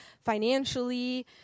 financially